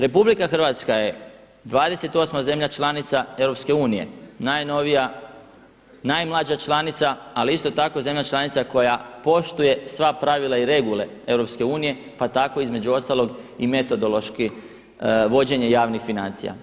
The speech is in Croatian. RH je 28. zemlja članica EU, najnovija, najmlađa članica, ali isto tako zemlja članica koja poštuje sva pravila i regule EU pa tako između ostalog i metodološki vođenje javnih financija.